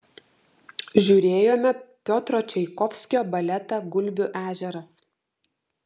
žiūrėjome piotro čaikovskio baletą gulbių ežeras